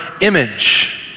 image